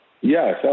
Yes